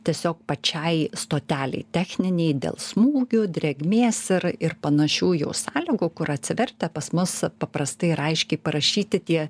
tiesiog pačiai stotelei techniniai dėl smūgių drėgmės ir ir panašių jau sąlygų kur atsivertę pas mus paprastai ir aiškiai parašyti tie